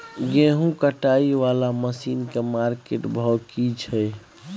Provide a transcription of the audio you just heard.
गेहूं कटाई वाला मसीन के मार्केट भाव की छै?